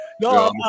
No